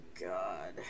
God